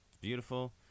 beautiful